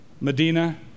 Medina